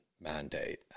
mandate